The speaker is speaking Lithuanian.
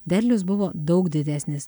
derlius buvo daug didesnis